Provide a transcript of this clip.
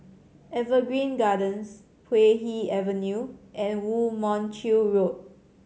Evergreen Gardens Puay Hee Avenue and Woo Mon Chew Road